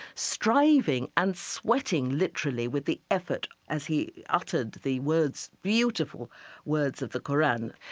striving and sweating literally with the effort as he uttered the words beautiful words of the qur'an.